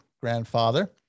grandfather